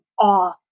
awe